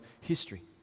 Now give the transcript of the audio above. history